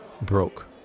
broke